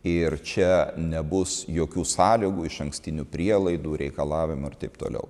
ir čia nebus jokių sąlygų išankstinių prielaidų reikalavimų ir taip toliau